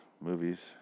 movies